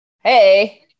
Hey